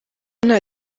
nta